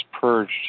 purged